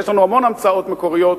יש לנו המון המצאות מקוריות,